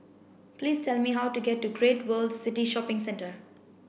please tell me how to get to Great World City Shopping Centre